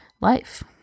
life